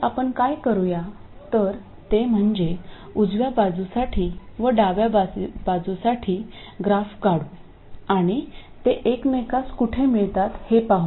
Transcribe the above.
तर आपण काय करूया तर ते म्हणजे उजव्या बाजूसाठी व डाव्या बाजूसाठी ग्राफ काढू आणि ते एकमेकास कुठे मिळतात हे पाहू